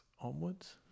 onwards